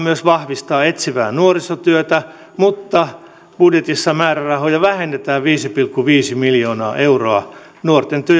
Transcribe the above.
myös vahvistaa etsivää nuorisotyötä mutta budjetissa määrärahoja vähennetään viisi pilkku viisi miljoonaa euroa nuorten